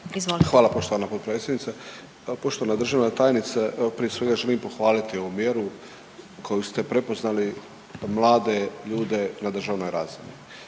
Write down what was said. Hvala poštovana potpredsjednice, poštovana državna tajnice. Prije svega, želim pohvaliti ovu mjeru koju ste prepoznali, mlade ljude na državnoj razini.